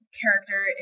character